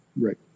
Right